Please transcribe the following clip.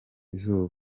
izuba